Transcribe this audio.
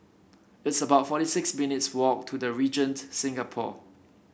it's about forty six minutes' walk to The Regent Singapore